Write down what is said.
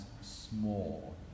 small